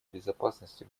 безопасности